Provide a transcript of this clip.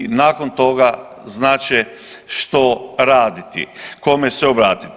I nakon toga znat će što raditi, kome se obratiti.